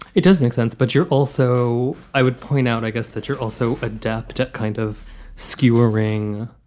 it doesn't make sense but you're also i would point out, i guess, that you're also adept at kind of skewering